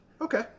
Okay